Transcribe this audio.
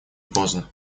поздно